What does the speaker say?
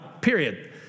period